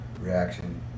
reaction